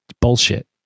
bullshit